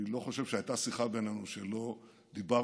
אני לא חושב שהייתה שיחה בינינו שלא דיברנו